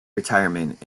retirement